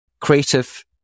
creative